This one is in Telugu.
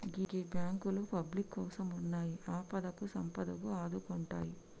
గీ బాంకులు పబ్లిక్ కోసమున్నయ్, ఆపదకు సంపదకు ఆదుకుంటయ్